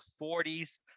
40s